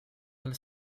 del